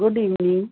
good evening